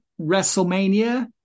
WrestleMania